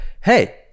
hey